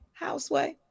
Houseway